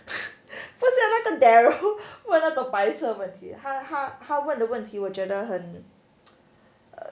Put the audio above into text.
不像那个 darrel 问那种白痴的问题他他他问的问题我觉得很 err